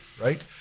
right